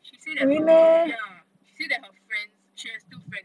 she say that her ya she said that her friends she has two friends